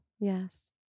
Yes